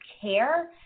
care